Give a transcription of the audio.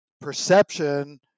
perception